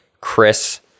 Chris